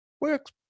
works